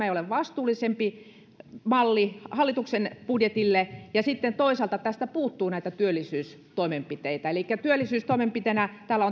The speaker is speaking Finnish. ei ole vastuullisempi malli hallituksen budjetille ja sitten toisaalta tästä puuttuu työllisyystoimenpiteitä elikkä työllisyystoimenpiteinä täällä